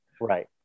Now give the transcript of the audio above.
Right